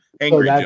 Angry